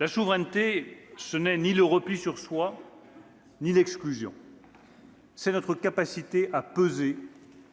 La souveraineté, ce n'est ni le repli sur soi ni l'exclusion ; c'est notre capacité à peser